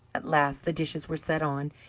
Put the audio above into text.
at last the dishes were set on,